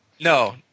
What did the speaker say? No